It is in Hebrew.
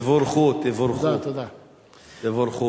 תבורכו, תבורכו, תבורכו.